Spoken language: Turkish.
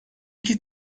iki